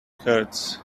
hurts